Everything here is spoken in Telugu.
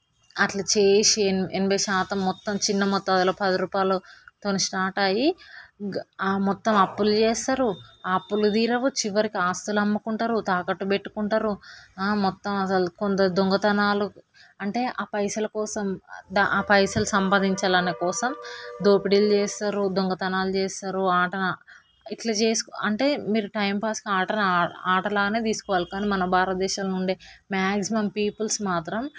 అట్ల చేసి ఎనభై శాతం మొత్తం చిన్న మొత్తదులో పది రూపాయలు తోని స్టార్ట్ అయ్యి ఆ మొత్తం అప్పులు చేస్తారు అప్పులు తీరవు చివరికి ఆస్తులు అమ్ముకుంటారు తాకట్టు పెట్టుకుంటారు మొత్తం అసలు కొందరు దొంగతనాలు అంటే ఆ పైసలు కోసం ఆ పైసలు సంపాదించాలనే దానికోసం దోపిడీలు చేస్తారు దొంగతనాలు చేస్తారు ఆటల ఇట్లా చేస్తే అంటే మీరు టైంపాస్ ఆటలు ఆటలానే తీసుకోవాలి కానీ మన భారతదేశంలో ఉండే మ్యాక్సిమం పీపుల్స్ మాత్రం